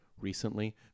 recently